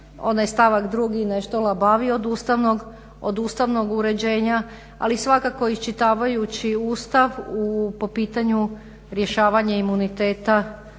stavak 2. nešto labaviji od ustavnog uređenja, ali svakako iščitavajući Ustav po pitanju rješavanja imuniteta